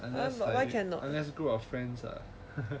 unless unless group of friends lah